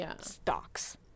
stocks